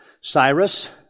Cyrus